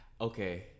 Okay